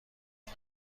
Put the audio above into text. مان